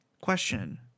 Question